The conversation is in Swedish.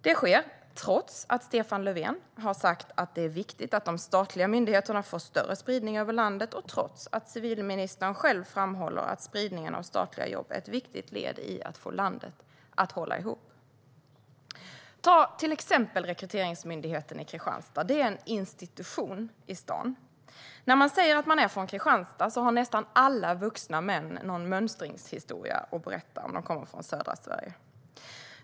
Det sker trots att Stefan Löfven har sagt att det är viktigt att de statliga myndigheterna får större spridning över landet och trots att civilministern själv framhåller att spridningen av statliga jobb är ett viktigt led i att få landet att hålla ihop. Se på till exempel Rekryteringsmyndigheten i Kristianstad. Det är en institution i staden. När man säger att man är från Kristianstad har nästan alla vuxna män från södra Sverige någon mönstringshistoria att berätta.